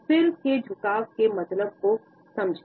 और अब हम सिर के दाहिने और बाएं हाथ पर झुकाव की चर्चा करेंगे